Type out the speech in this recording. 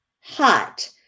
hot